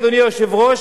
אדוני היושב-ראש,